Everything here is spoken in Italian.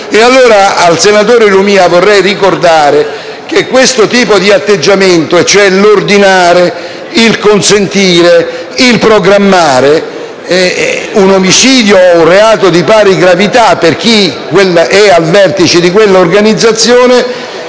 Al senatore Lumia allora vorrei ricordare che questo tipo di atteggiamento, cioè l'ordinare, il consentire, il programmare un omicidio o un reato di pari gravità, per chi è al vertice di quella organizzazione,